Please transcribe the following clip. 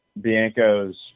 Bianco's